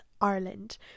Ireland